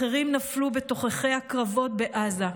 אחרים נפלו בתוככי הקרבות בעזה.